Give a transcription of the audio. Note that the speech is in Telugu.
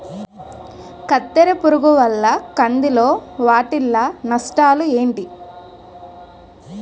కత్తెర పురుగు వల్ల కంది లో వాటిల్ల నష్టాలు ఏంటి